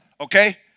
okay